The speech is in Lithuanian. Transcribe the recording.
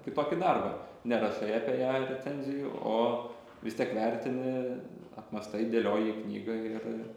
kitokį darbą nerašai apie ją recenzijų o vis tiek vertini apmąstai dėlioji knygoj ir ir